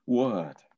word